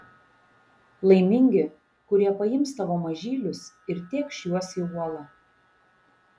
laimingi kurie paims tavo mažylius ir tėkš juos į uolą